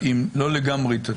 לא לגמרי תתאים.